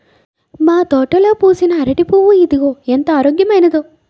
మా తోటలో పూసిన అరిటి పువ్వు ఇదిగో ఎంత ఆరోగ్యమైనదో